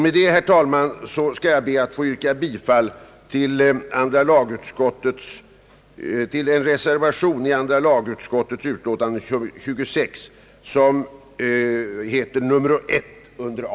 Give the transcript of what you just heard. Med anledning av det anförda kommer jag, herr talman, att yrka bifall till reservation I vid andra lagutskottets utlåtande nr 26 under punkten A.